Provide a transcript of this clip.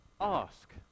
ask